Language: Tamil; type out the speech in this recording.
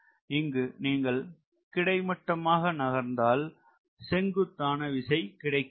இங்கு நீங்கள் கிடைமட்டமாக நகர்ந்தால் செங்குத்தான விசை கிடைக்கிறது